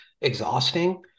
exhausting